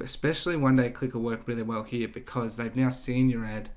especially when they click a work really well here because they've now seen you read